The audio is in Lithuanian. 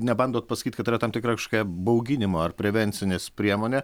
nebandot pasakyt kad yra tam tikra kažkokia bauginimo ar prevencinės priemonė